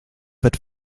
wird